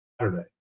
Saturday